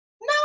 no